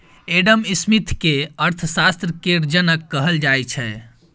Adam Smith केँ अर्थशास्त्र केर जनक कहल जाइ छै